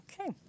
Okay